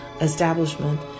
establishment